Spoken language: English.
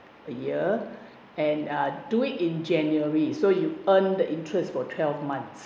a year and uh do it in january so you earn the interest for twelve months